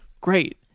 great